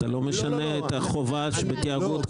אתה לא משנה את חובת התיאגוד.